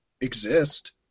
exist